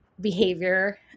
behavior